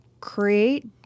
create